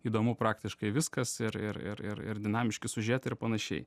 įdomu praktiškai viskas ir ir ir ir dinamiški siužetai ir panašiai